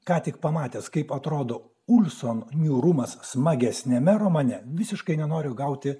ką tik pamatęs kaip atrodo unisonu niūrumas smagesniame romane visiškai nenoriu gauti